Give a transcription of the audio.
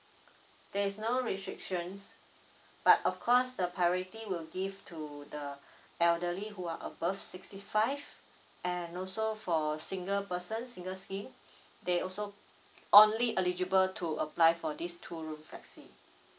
there's no restrictions but of course the priority will give to the elderly who are above sixty five and also for single person single scheme they also only eligible to apply for this two room flexi